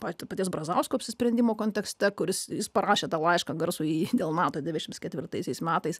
pati paties brazausko apsisprendimo kontekste kuris jis parašė tą laišką garsųjį dėl nato dvidešimt ketvirtaisiais metais